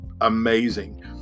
amazing